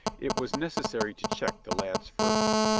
it was neces sary to check the lad's fervor.